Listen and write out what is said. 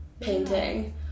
painting